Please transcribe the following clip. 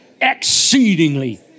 exceedingly